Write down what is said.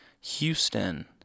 Houston